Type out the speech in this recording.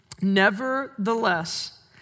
Nevertheless